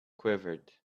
quivered